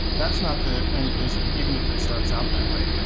that's not the end vision, even if it starts out that way.